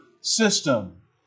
system